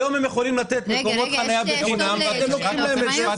היום הם יכולים לתת מקומות חנייה בחינם ואתם לוקחים להם את זה,